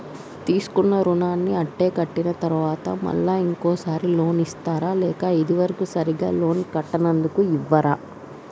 తీసుకున్న రుణాన్ని అత్తే కట్టిన తరువాత మళ్ళా ఇంకో సారి లోన్ ఇస్తారా లేక ఇది వరకు సరిగ్గా లోన్ కట్టనందుకు ఇవ్వరా?